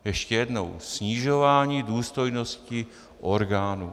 Ještě jednou snižování důstojnosti orgánů.